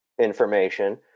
information